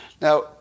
Now